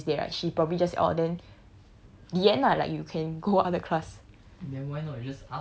like if I don't on this date right she probably just orh then the end lah like you can go other class